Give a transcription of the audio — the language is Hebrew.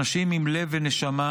אנשים עם לב ונשמה,